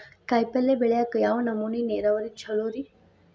ಕಾಯಿಪಲ್ಯ ಬೆಳಿಯಾಕ ಯಾವ ನಮೂನಿ ನೇರಾವರಿ ಛಲೋ ರಿ?